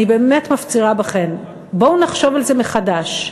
אני באמת מפצירה בכם: בואו נחשוב על זה מחדש.